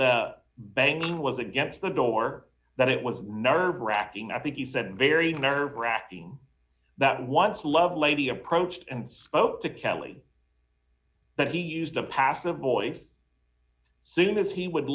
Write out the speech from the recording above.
the bang was against the door that it was nerve wracking i think you said very nerve racking that once lovelady approached and spoke to kelly that he used the passive voice soon as he would